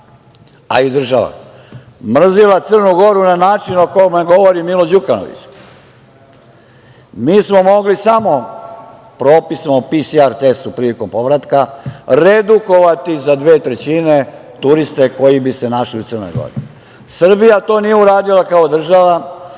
a i država, mrzeli Crnu Goru na način o kome govori Milo Đukanović, mi smo mogli samo propisom o PCR testu prilikom povratka redukovati za dve trećine turiste koji bi se našli u Crnoj Gori. Srbija to nije uradila kao država,